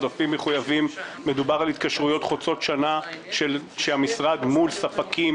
בעודפים מחויבים מדובר על התקשרויות חוצות שנה של המשרד מול ספקים.